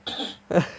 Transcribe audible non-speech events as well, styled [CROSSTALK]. [NOISE]